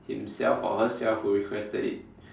himself or herself who requested it